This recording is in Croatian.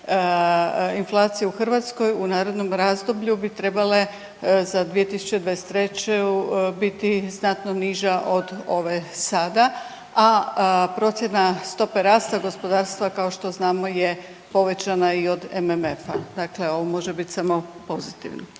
inflacije u Hrvatskoj u narednom razdoblju bi trebale za 2023. biti znatno niža od ove sada, a procjena stope rasta gospodarstva kao što znamo je povećana i od MMF-a, dakle ovo može bit samo pozitivno.